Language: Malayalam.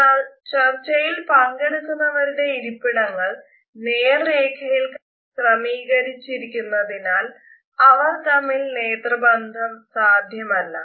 എന്നാൽ ചർച്ചയിൽ പങ്കെടുക്കുന്നവരുടെ ഇരിപ്പിടങ്ങൾ നേർരേഖയിൽ ക്രമീകരിച്ചിരിക്കുന്നതിനാൽ അവർ തമ്മിൽ നേത്രബന്ധം സാധ്യമല്ല